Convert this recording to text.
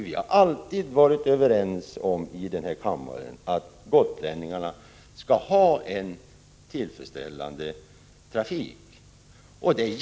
Vi har alltid här i kammaren varit överens om att gotlänningarna skall ha en tillfredsställande trafik.